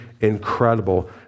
incredible